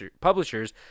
publishers